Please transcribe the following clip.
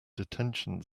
detention